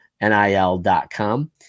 nil.com